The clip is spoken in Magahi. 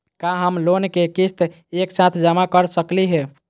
का हम लोन के किस्त एक साथ जमा कर सकली हे?